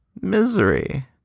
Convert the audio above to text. misery